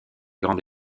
grande